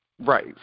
right